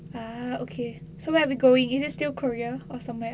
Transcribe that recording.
ah okay so where are we going is it still korea or somewhere else